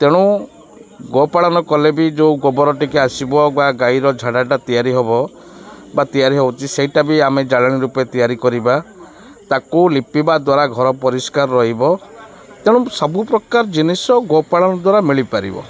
ତେଣୁ ଗୋପାଳନ କଲେବି ଯେଉଁ ଗୋବର ଟିକେ ଆସିବ ବା ଗାଈର ଝାଡ଼ାଟା ତିଆରି ହବ ବା ତିଆରି ହେଉଛି ସେଇଟା ବି ଆମେ ଜାଳେଣୀ ରୂପେ ତିଆରି କରିବା ତାକୁ ଲିପିବା ଦ୍ୱାରା ଘର ପରିଷ୍କାର ରହିବ ତେଣୁ ସବୁପ୍ରକାର ଜିନିଷ ଗୋପାଳନ ଦ୍ୱାରା ମିଳିପାରିବ